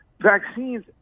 vaccines